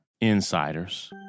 insiders